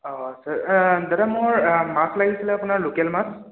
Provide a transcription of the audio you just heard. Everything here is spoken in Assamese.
অঁ আচ্ছা দাদা মোৰ মাছ লাগিছিলে আপোনাৰ লোকেল মাছ